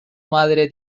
madre